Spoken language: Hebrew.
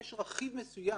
יש רכיב מסוים.